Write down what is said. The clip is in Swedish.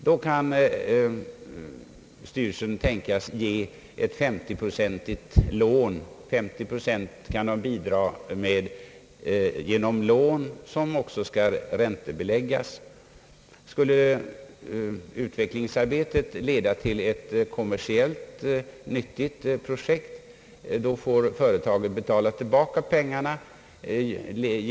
Då kan styrelsen tänkas ge bidrag med 50 procent genom lån som också skall räntebeläggas. Skulle utvecklingsarbetet leda till ett kommersiellt nyttigt projekt, får företaget betala tillbaka pengarna.